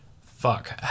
fuck